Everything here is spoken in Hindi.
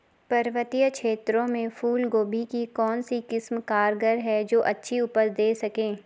पर्वतीय क्षेत्रों में फूल गोभी की कौन सी किस्म कारगर है जो अच्छी उपज दें सके?